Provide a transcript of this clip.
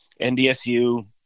NDSU